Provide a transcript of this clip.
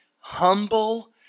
humble